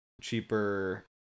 cheaper